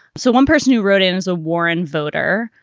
so one person who wrote in is a warren voter.